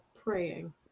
praying